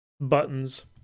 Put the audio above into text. buttons